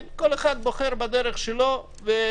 כן, כל אחד בוחר בדרך שהוא בוחר.